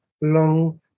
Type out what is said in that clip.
long